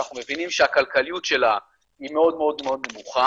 אנחנו מבינים שהכלכליות שלה היא מאוד מאוד מאוד נמוכה